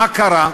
מה קרה?